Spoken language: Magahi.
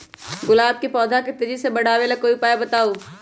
गुलाब के पौधा के तेजी से बढ़ावे ला कोई उपाये बताउ?